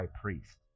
priest